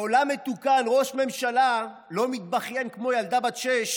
בעולם מתוקן ראש ממשלה לא מתבכיין כמו ילדה בת שש